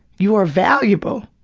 you are valuable!